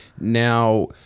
Now